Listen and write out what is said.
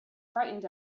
frightened